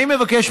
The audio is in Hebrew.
אני מבקש,